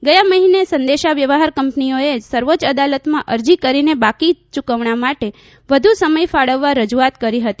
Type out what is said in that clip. ગયા મહિને સંદેશાવ્યવહાર કંપનીઓએ સર્વોચ્ય અદાલતમાં અરજી કરીને બાકી ચુકવણા માટે વધુ સમય ફાળવવા રજૂઆત કરી હતી